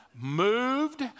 moved